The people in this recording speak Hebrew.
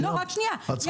סיימת.